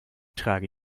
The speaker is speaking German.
trage